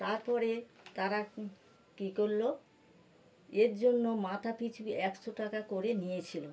তার পরে তারা কী করল এর জন্য মাথাপিছু একশো টাকা করে নিয়েছিল